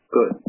Good